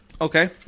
Okay